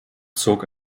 zog